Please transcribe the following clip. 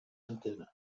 antena